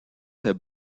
ses